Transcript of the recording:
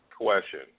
question